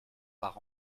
par